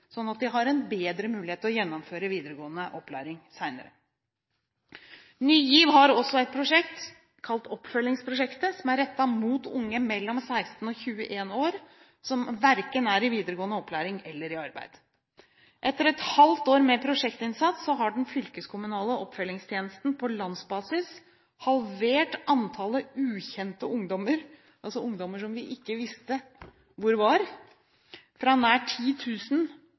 sånn at de har en bedre mulighet til å gjennomføre videregående opplæring senere. Ny GIV har også et prosjekt, kalt Oppfølgingsprosjektet, som er rettet mot unge mellom 16 og 21 år som verken er i videregående opplæring eller i arbeid. Etter et halvt år med prosjektinnsats har den fylkekommunale oppfølgingstjenesten på landsbasis halvert antallet ukjente ungdommer, altså ungdommer som vi ikke visste hvor var, fra nær